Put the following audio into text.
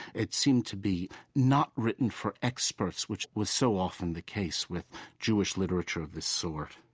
it seemed to be not written for experts, which was so often the case with jewish literature of this sort